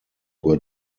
were